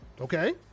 okay